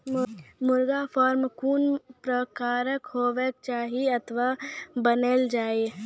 मुर्गा फार्म कून प्रकारक हेवाक चाही अथवा बनेल जाये?